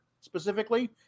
specifically